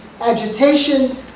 agitation